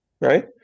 right